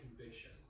conviction